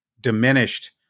diminished